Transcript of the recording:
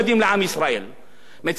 מצד שני, אם אני אדבר כדרוזי,